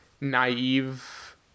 naive